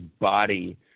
body